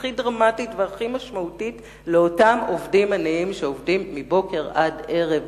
הכי דרמטית והכי משמעותית לאותם עובדים עניים שעובדים מבוקר עד ערב,